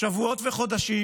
שבועות וחודשים,